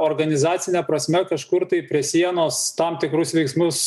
organizacine prasme kažkur tai prie sienos tam tikrus veiksmus